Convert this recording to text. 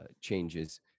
changes